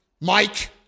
Mike